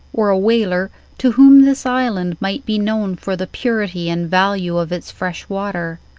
or a whaler to whom this island might be known for the purity and value of its fresh water.